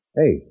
hey